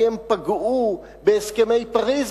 כי הם פגעו בהסכמי פריס,